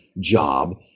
job